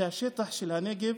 שהשטח של הנגב